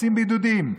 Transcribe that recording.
עושים בידודים.